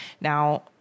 Now